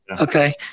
Okay